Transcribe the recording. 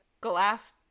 glass